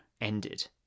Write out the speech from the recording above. ended